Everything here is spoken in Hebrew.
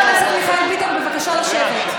חבר הכנסת מיכאל ביטון, בבקשה לשבת.